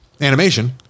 animation